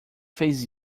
fez